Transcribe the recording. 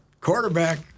quarterback